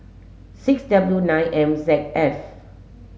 six W nine M Z F